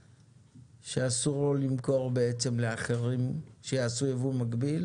שאסור לו למכור בעצם לאחרים שיעשו יבוא מקביל,